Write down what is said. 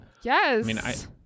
Yes